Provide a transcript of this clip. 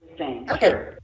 Okay